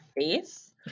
face